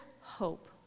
hope